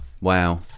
Wow